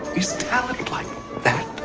is talent like that